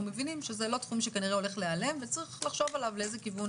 מבינים שזה לא תחום שכנראה הולך להיעלם וצריך לחשוב עליו לאיזה כיוון